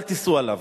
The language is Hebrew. אל תיסעו עליו.